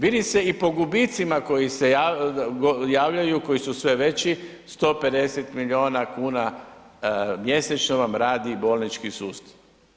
Vidi se i po gubicima koji se javljaju koji su sve veći, 150 miliona kuna mjesečno vam radi bolnički sustav.